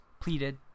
pleaded